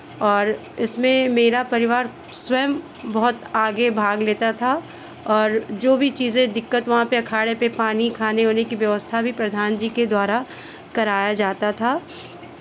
और इसमें मेरा परिवार स्वयं बहुत आगे भाग लेता था और जो भी चीज़ें दिक्कत वहाँ पर अखाड़े पे पानी खाने ओने की व्यवस्था भी प्रधान जी के द्वारा कराया जाता था